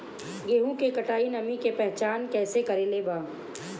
गेहूं कटाई के बाद नमी के पहचान कैसे करेके बा?